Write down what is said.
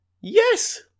yes